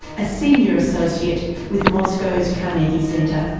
a senior associate with moscow's carnegie centre.